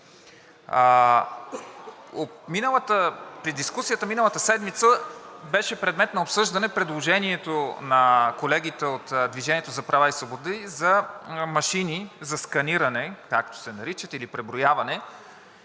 В дискусията миналата седмица беше предмет на обсъждане предложението на колегите от „Движение за права и свободи“ за машини за сканиране, както се наричат, или преброяване.